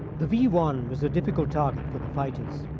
the v one was a difficult target for the fighters.